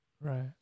Right